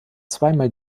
zweimal